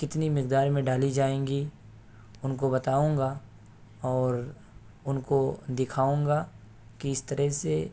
کتنی مقدار میں ڈالی جائیں گی ان كو بتاؤں گا اور ان كو دكھاؤں گا كہ اس طرح سے